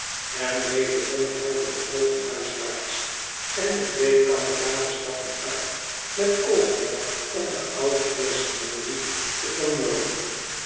en wederom heldere oogen huiswaarts en de twee kameraden stappen uit met oogmerk om den ouden heer smallweed te vermurwen